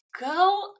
go